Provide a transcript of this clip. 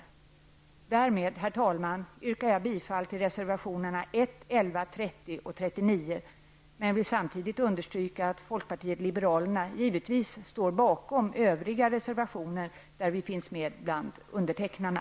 Därmed, herr talman, yrkar jag bifall till reservationerna 1, 11, 30 och 39, men vill samtidigt understryka att folkpartiet liberalerna givetvis står bakom övriga reservationer där vi finns med bland undertecknarna.